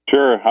Sure